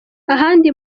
ahandi